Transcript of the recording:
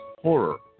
horror